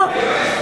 לא,